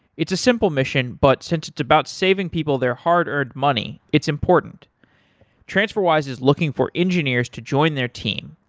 it's a simple mission, but since it's about saving people their hard-earned money, it's important transferwise is looking for engineers to join their team.